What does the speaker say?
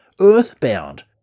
Earthbound